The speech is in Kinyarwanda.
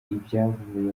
ivyavuye